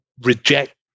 reject